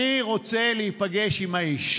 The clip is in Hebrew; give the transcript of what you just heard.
אני רוצה להיפגש עם האיש.